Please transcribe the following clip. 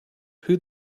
who